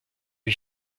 lui